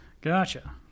gotcha